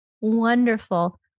wonderful